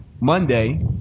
Monday